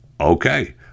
Okay